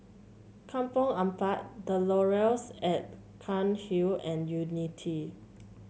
Kampong Ampat The Laurels at Cairnhill and Unity